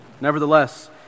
Nevertheless